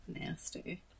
Nasty